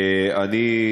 אני,